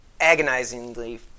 agonizingly